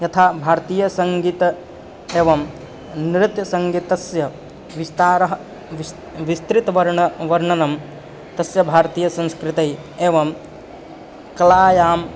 यथा भार्तीयसङ्गीतम् एवं नृत्यसङ्गीतस्य विस्तारः विस्तारः विस्तृतवर्णनं वर्णनं तस्य भारतीयसंस्कृतौ एवं कलायां